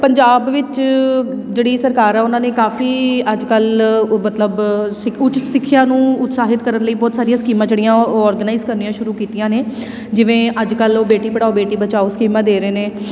ਪੰਜਾਬ ਵਿੱਚ ਜਿਹੜੀ ਸਰਕਾਰ ਆ ਉਹਨਾਂ ਨੇ ਕਾਫੀ ਅੱਜ ਕੱਲ੍ਹ ਮਤਲਬ ਸਿੱਖ ਉੱਚ ਸਿੱਖਿਆ ਨੂੰ ਉਤਸ਼ਾਹਿਤ ਕਰਨ ਲਈ ਬਹੁਤ ਸਾਰੀਆਂ ਸਕੀਮਾਂ ਜਿਹੜੀਆਂ ਉਹ ਉਹ ਔਰਗਨਾਈਜ਼ ਕਰਨੀਆਂ ਸ਼ੁਰੂ ਕੀਤੀਆਂ ਨੇ ਜਿਵੇਂ ਅੱਜ ਕੱਲ੍ਹ ਉਹ ਬੇਟੀ ਪੜਾਓ ਬੇਟੀ ਬਚਾਓ ਸਕੀਮਾਂ ਦੇ ਰਹੇ ਨੇ